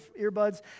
earbuds